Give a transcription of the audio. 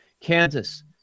Kansas